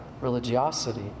religiosity